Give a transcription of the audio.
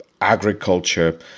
agriculture